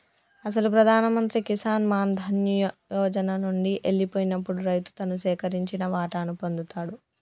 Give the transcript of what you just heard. అసలు ప్రధాన మంత్రి కిసాన్ మాన్ ధన్ యోజన నండి ఎల్లిపోయినప్పుడు రైతు తను సేకరించిన వాటాను పొందుతాడు